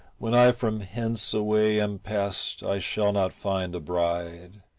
when i from hence away am past i shall not find a bride,